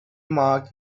marked